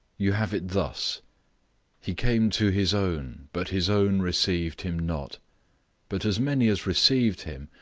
you have it thus he came to his own, but his own received him not but as many as received him,